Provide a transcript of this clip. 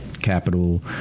capital